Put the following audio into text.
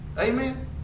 amen